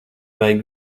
vajag